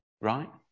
right